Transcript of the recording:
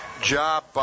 job